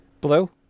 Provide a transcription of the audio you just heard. blue